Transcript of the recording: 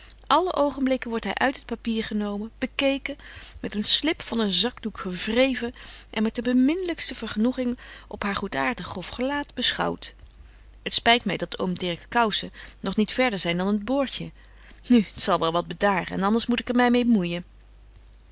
alle oogenblikken wordt hy uit het papier genomen bekeken met een slip van een zakdoek gevreven en met de beminlykste vergenoeging op haar goedaartig grof gelaat beschouwt het spyt my dat oom dirks koussen nog niet verder zyn dan het boortje nu t zal wel wat bedaren en anders moet ik er my mêe moeijen